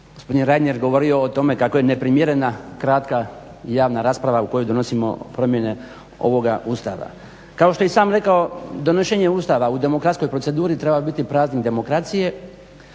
gospodin Reiner govorio o tome kako je neprimjerena kratka i javna rasprava u kojoj donosimo promjene ovoga Ustava. Kao što je i sam rekao donošenje Ustava u demokratskoj proceduri treba biti praznik demokracije,